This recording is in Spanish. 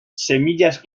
semillas